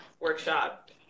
workshop